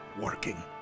working